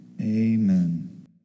Amen